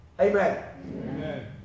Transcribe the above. Amen